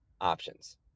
options